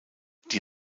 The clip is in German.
die